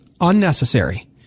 unnecessary